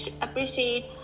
appreciate